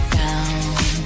down